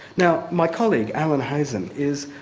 now my colleague, alan hazen, is